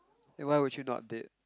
then why would you not date